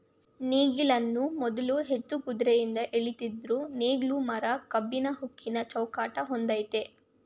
ನೇಗಿಲನ್ನು ಮೊದ್ಲು ಎತ್ತು ಕುದ್ರೆಯಿಂದ ಎಳಿತಿದ್ರು ನೇಗ್ಲು ಮರ ಕಬ್ಬಿಣ ಉಕ್ಕಿನ ಚೌಕಟ್ ಹೊಂದಯ್ತೆ